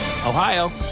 Ohio